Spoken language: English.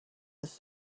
was